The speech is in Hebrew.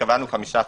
קבענו חמישה חודשים.